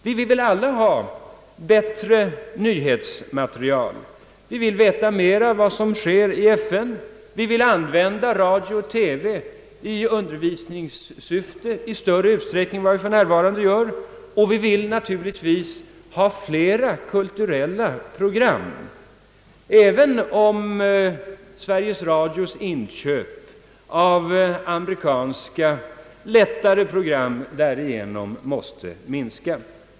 Vi vill väl alla ha bättre nyhetsmaterial, vi vill veta mer om vad som sker i FN, vi vill använda radio och TV i undervisningssyfte i större utsträckning än vi för närvarande gör, och vi vill naturligtvis ha flera kultu rella program, även om Sveriges Radios inköp av amerikanska lättare program därigenom måste minska.